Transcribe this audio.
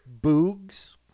Boogs